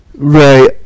Right